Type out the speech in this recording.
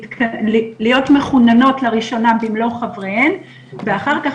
מכוננות לראשונה במלוא חבריהם ואחר כך,